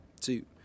two